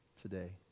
today